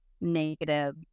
negative